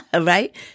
right